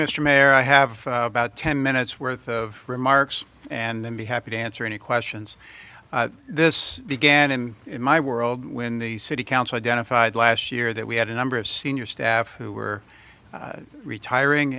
mr mayor i have about ten minutes worth of remarks and then be happy to answer any questions this began in my world when the city council identified last year that we had a number of senior staff who were retiring